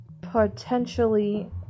potentially